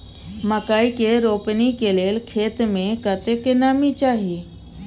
मकई के रोपनी के लेल खेत मे कतेक नमी चाही?